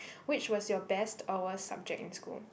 which was your best over subject in school